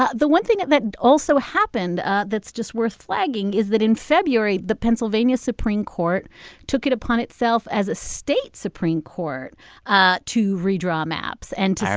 ah the one thing that that also happened ah that's just worth flagging is that in february, the pennsylvania supreme court took it upon itself as a state supreme court ah to redraw maps and to say. i